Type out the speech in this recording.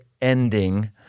ending—